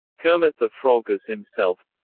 kermit the frog as himself